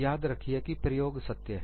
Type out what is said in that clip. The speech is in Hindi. याद रखिए कि प्रयोग सत्य है